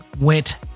went